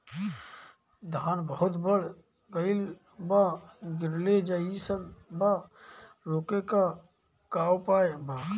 धान बहुत बढ़ गईल बा गिरले जईसन बा रोके क का उपाय बा?